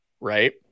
right